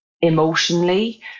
emotionally